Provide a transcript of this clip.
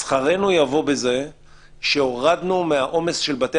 שכרנו יבוא בזה שהורדנו מן העומס של בתי